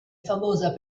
famosa